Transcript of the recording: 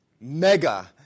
Mega